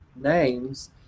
names